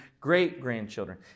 great-grandchildren